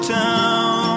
town